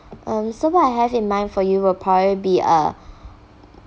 um so what I have in mind for you a probably uh